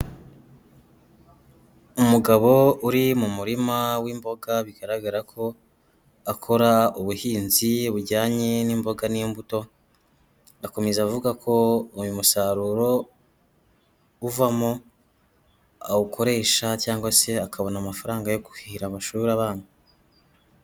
Umugabo uri mu murima w'imboga bigaragara ko akora ubuhinzi bujyanye n'imboga n'imbuto, avuga ko uyu musaruro uvamo awukoresha cyangwa se akabona amafaranga yo kurihira amashuri abana.